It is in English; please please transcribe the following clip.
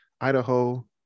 Idaho